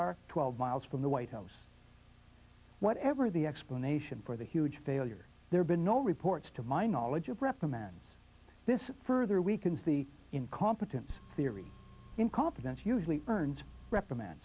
are twelve miles from the white house whatever the explanation for the huge failure there been no reports to my knowledge of reprimands this further weakens the incompetence theory incompetence usually earned reprimand